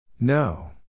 no